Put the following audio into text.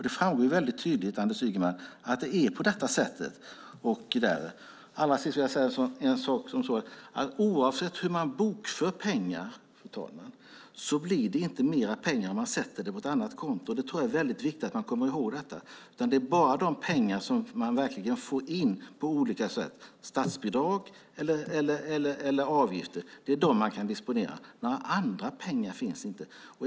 Det framgår mycket tydligt, Anders Ygeman, att det är på det sättet. Allra sist vill jag säga följande: Oavsett hur man bokför pengar blir det inte mer pengar om man sätter dem på ett annat konto. Det tror jag är viktigt att man kommer ihåg. Det är bara de pengar som man verkligen får in på olika sätt - statsbidrag eller avgifter - som man kan disponera. Några andra pengar finns inte.